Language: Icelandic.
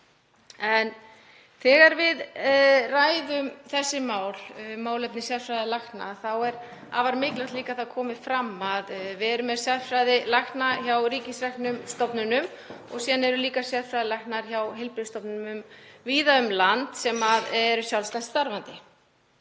En þegar við ræðum þessi mál, málefni sérfræðilækna, er líka afar mikilvægt að það komi fram að við erum með sérfræðilækna hjá ríkisreknum stofnunum og síðan eru líka sérfræðilæknar hjá heilbrigðisstofnunum víða um land sem eru sjálfstætt starfandi.